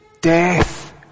Death